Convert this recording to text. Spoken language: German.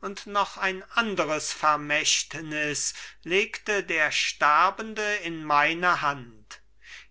und noch ein anderes vermächtnis legte der sterbende in meine hand